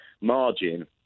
margin